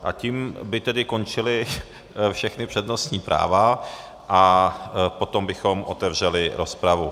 A tím by tedy končila všechna přednostní práva a potom bychom otevřeli rozpravu.